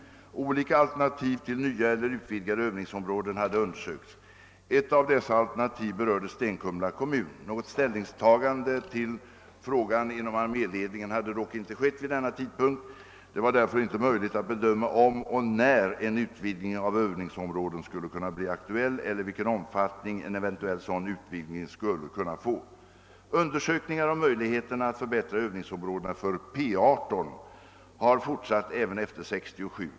Olika alternativ till nya eller utvidgade övningsområden hade undersökts. Ett av dessa alternativ berörde Stenkumla kommun. Något ställningstagande till frågan inom arméledningen hade dock inte skett vid denna tidpunkt. Det var därför inte möjligt att bedöma om och när en utvidgning av övningsområden skulle kunna bli aktuell eller vilken omfattning en eventuell sådan utvidgning skulle kunna få. Undersökningar om möjligheterna att förbättra övningsområdena för P 18 har fortsatt även efter 1967.